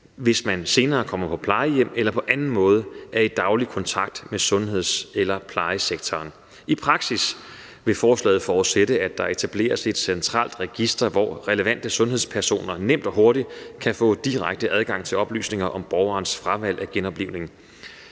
hvis man senere kommer på plejehjem eller på anden måde er i daglig kontakt med sundheds- eller plejesektoren. I praksis vil forslaget forudsætte, at der etableres et centralt register, hvor relevante sundhedspersoner nemt og hurtigt kan få direkte adgang til oplysninger om borgerens fravalg af genoplivning.